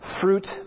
fruit